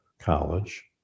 college